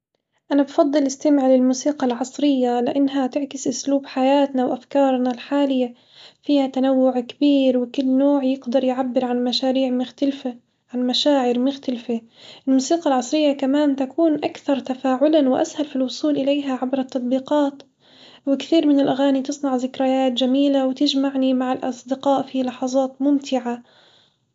أنا بفضل أستمع للموسيقى العصرية لإنها تعكس أسلوب حياتنا وأفكارنا الحالية فيها تنوع كبير وكل نوع يقدر يعبرعن مشاريع مختلفة عن مشاعر مختلفة، الموسيقى العصرية كمان تكون أكثر تفاعلًا وأسهل في الوصول إليها عبر التطبيقات وكثير من الأغاني تصنع ذكريات جميلة وتجمعني مع الأصدقاء في لحظات ممتعة.